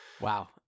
Wow